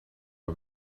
are